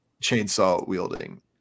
chainsaw-wielding